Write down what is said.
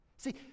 See